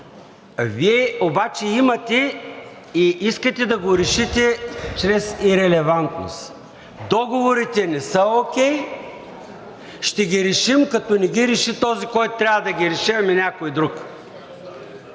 Вие обаче имате и искате да го решите чрез ирелевантност. Договорите не са окей. Ще ги решим, като не ги реши този, който трябва да ги реши, ами някой друг.